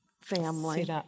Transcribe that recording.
family